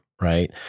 right